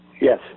Yes